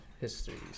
histories